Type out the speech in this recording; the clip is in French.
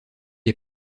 est